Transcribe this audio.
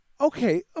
Okay